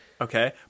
Okay